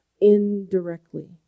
indirectly